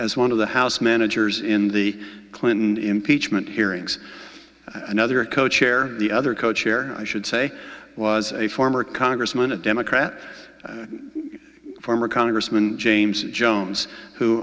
as one of the house managers in the clinton impeachment hearings another co chair the other co chair i should say was a former congressman a democrat former congressman james jones who